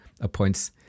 appoints